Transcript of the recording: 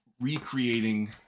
recreating